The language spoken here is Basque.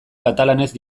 katalanez